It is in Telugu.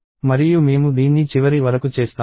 మరియు మేము దీన్ని చివరి వరకు చేస్తాము